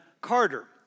Carter